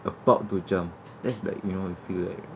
about to jump that's like you know you feel like